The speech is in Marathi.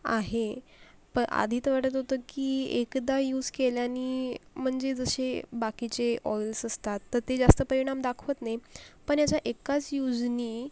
आहे प आधी तर वाटत होतं की एकदा यूज केल्यानी म्हणजे जसे बाकीचे ऑईल्स असतात तर ते जास्त परिणाम दाखवत नाही पण यांच्या एकाच यूजनी